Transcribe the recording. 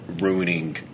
ruining